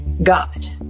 God